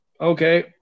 Okay